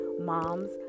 Moms